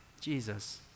Jesus